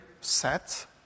set